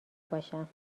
باشم